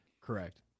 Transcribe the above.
correct